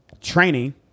Training